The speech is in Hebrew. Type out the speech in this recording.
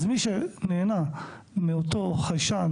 אז מי שנהנה מאותו חיישן